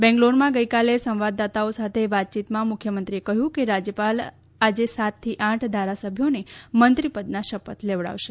બેંગ્લોરમાં ગઇકાલે સંવાદદાતાઓ સાથે વાતચીતમાં મુખ્યમંત્રીએ કહ્યું કે રાજ્યપાલ આજે સાતથી આઠ ધારાસભ્યોને મંત્રી પદના શપથ લેવડાવશે